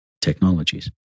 technologies